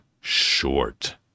short